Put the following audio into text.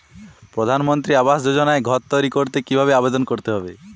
প্রধানমন্ত্রী আবাস যোজনায় ঘর তৈরি করতে কিভাবে আবেদন করতে হবে?